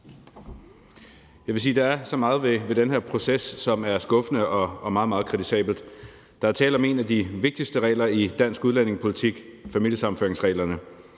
Jeg vil sige, at der er så meget ved den her proces, som er skuffende og meget, meget kritisabelt. Der er tale om nogle af de vigtigste regler i dansk udlændingepolitik: familiesammenføringsreglerne.